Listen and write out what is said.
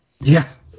Yes